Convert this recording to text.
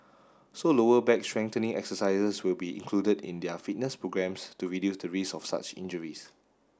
so lower back strengthening exercises will be included in their fitness programmes to reduce the risk of such injuries